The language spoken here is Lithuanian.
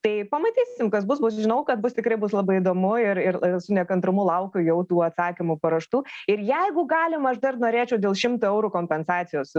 tai pamatysim kas bus bus žinau kad bus tikrai bus labai įdomu ir ir su nekantrumu laukiu jau tų atsakymų paruoštų ir jeigu galima aš dar norėčiau dėl šimto eurų kompensacijos